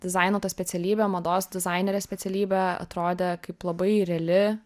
dizaino ta specialybė mados dizainerės specialybė atrodė kaip labai reali